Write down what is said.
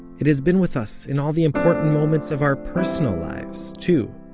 it has been with us in all the important moments of our personal lives too,